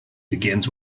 begins